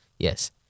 Yes